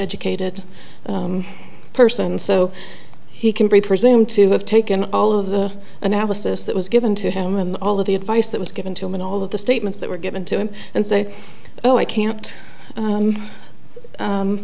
educated person so he can be presumed to have taken all of the analysis that was given to him and all of the advice that was given to him and all of the statements that were given to him and say oh i can't